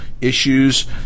issues